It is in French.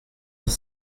dix